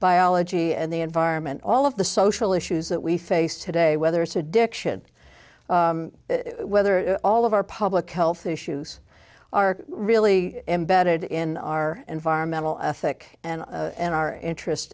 biology and the environ all of the social issues that we face today whether it's addiction whether all of our public health issues are really embedded in our environmental ethic and in our interest